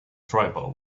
tribal